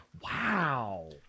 wow